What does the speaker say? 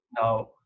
now